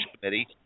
Committee